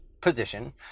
position